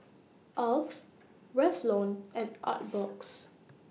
Alf Revlon and Artbox